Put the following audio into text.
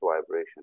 vibration